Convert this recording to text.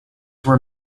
were